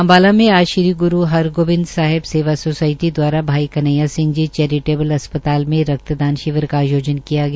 अम्बाला में आज ग्रू हरगोबिंद साहिब सेवा सोसायटी द्वारा भाई कन्हैया सिंह जी चेरीटेबल अस्पताल में रक्तदान शिविर का आयोजन किया गया